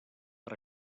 per